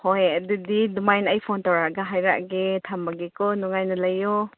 ꯍꯣꯏ ꯑꯗꯨꯗꯤ ꯑꯗꯨꯃꯥꯏꯅ ꯑꯩ ꯐꯣꯟ ꯇꯧꯔꯛꯂꯒ ꯍꯥꯏꯔꯛꯂꯒꯦ ꯊꯝꯃꯒꯦꯀꯣ ꯅꯨꯡꯉꯥꯏꯅ ꯂꯩꯌꯣ